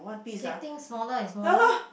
getting smaller and smaller